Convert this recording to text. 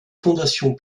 fondations